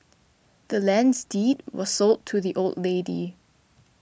the land's deed was sold to the old lady